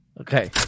Okay